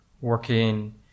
working